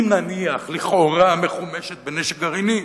אם, נניח, לכאורה, מחומשת בנשק גרעיני,